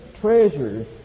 treasures